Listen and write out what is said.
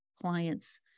clients